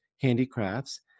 handicrafts